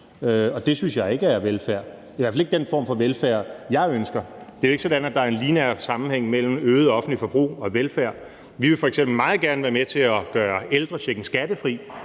og det synes jeg ikke er velfærd. Det er i hvert fald ikke den form for velfærd, jeg ønsker. Det er jo ikke sådan, at der er en lineær sammenhæng mellem øget offentligt forbrug og velfærd. Vi vil f.eks. meget gerne være med til at gøre ældrechecken skattefri,